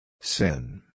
Sin